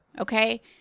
Okay